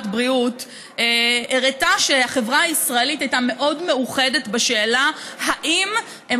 הבריאות הראתה שהחברה הישראלית הייתה מאוד מאוחדת בשאלה אם הם